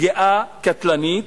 פגיעה קטלנית,